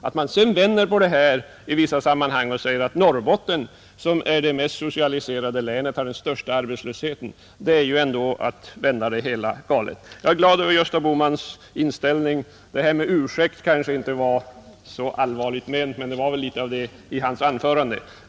Att man sedan i vissa sammanhang säger att Norrbotten, som är det mest socialiserade länet, också har den största arbetslösheten, är ju ändå att vända det hela galet. Jag är glad över Gösta Bohmans inställning. Det här med ursäkt kanske inte var så allvarligt menat, men det var väl litet av det i hans anförande.